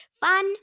Fun